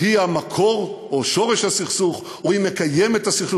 היא המקור או שורש הסכסוך או היא מקיימת את הסכסוך.